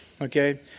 okay